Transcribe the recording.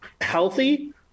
healthy